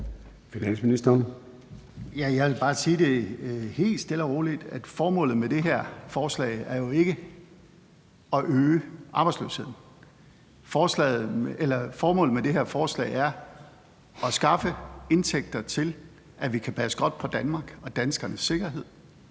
Jeg vil bare sige helt stille og roligt, at formålet med det her forslag jo ikke er at øge arbejdsløsheden; formålet med det her forslag er at skaffe indtægter til, at vi kan passe godt på Danmark og danskernes sikkerhed